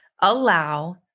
allow